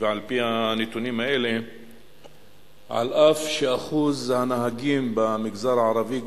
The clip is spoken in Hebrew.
ועל-פי הנתונים האלה אף ששיעור הנהגים במגזר הערבי,